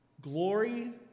Glory